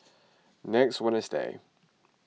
next wednesday